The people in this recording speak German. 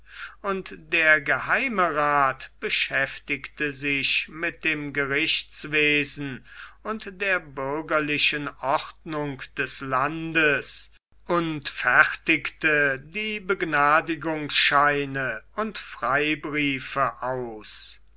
und der geheime rath beschäftigte sich mit dem gerichtswesen und der bürgerlichen ordnung des landes und fertigte die begnadigungsscheine und freibriefe aus